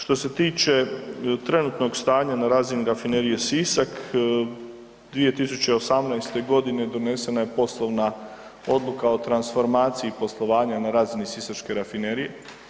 Što se tiče trenutnog stanja na razini Rafinerije Sisak, 2018.g. donesena je poslovna odluka o transformaciji poslovanja na razini sisačke rafinerije.